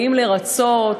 באים לרצות,